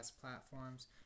platforms